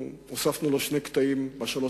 בשלוש השנים האחרונות הוספנו לו שני קטעים בדרום,